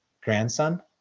grandson